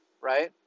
right